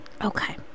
okay